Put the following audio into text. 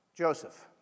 Joseph